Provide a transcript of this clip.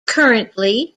currently